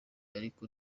ariko